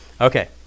Okay